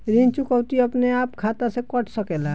ऋण चुकौती अपने आप खाता से कट सकेला?